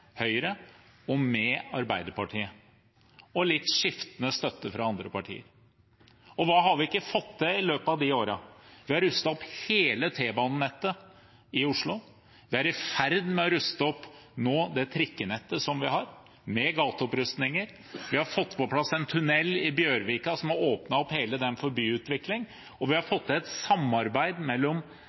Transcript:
og Høyre – sammen med Arbeiderpartiet, og med litt skiftende støtte fra andre partier. Og hva har vi ikke fått til i løpet av de årene? Vi har rustet opp hele T-banenettet i Oslo. Vi er nå i ferd med å ruste opp det trikkenettet som vi har, med gateopprustninger. Vi har fått på plass en tunell i Bjørvika, som har åpnet opp hele det området for byutvikling. Vi har fått til et samarbeid mellom